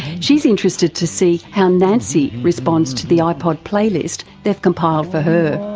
she's interested to see how nancy responds to the ipod play list they've compiled for her.